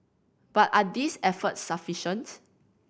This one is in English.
but are these efforts sufficient